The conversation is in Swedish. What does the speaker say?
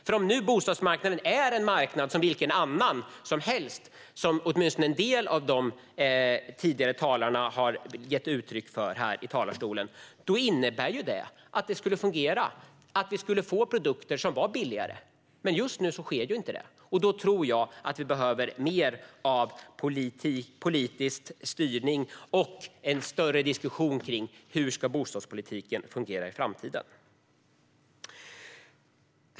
För om nu bostadsmarknaden är en marknad som vilken annan som helst, vilket åtminstone en del av de tidigare talarna här har gett uttryck för, innebär detta att det skulle fungera och att vi skulle få produkter som är billigare. Men just nu sker inte det. Jag tror att vi behöver mer av politisk styrning och en större diskussion om hur bostadspolitiken ska fungera i framtiden.